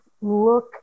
look